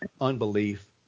unbelief